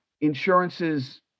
insurances